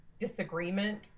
disagreement